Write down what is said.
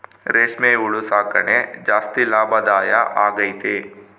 ರೇಷ್ಮೆ ಹುಳು ಸಾಕಣೆ ಜಾಸ್ತಿ ಲಾಭದಾಯ ಆಗೈತೆ